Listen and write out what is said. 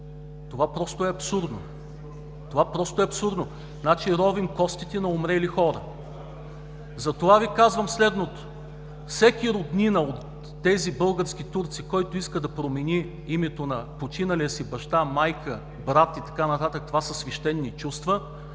Това просто е абсурдно. Това просто е абсурдно! Ровим костите на умрели хора! Затова Ви казвам следното: всеки роднина от тези български турци, който иска да промени името на починалия си баща, майка, брат и така нататък – това са свещени чувства,